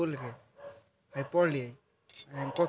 एकर कारण रहै जे सरकार के राजस्वक एकटा पैघ स्रोत रेलवे केर कमाइ रहै